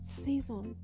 season